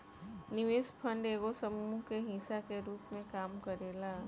निवेश फंड एगो समूह के हिस्सा के रूप में काम करेला